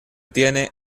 tiene